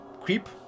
creep